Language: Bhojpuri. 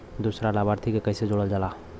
दूसरा लाभार्थी के कैसे जोड़ल जाला?